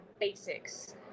basics